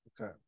Okay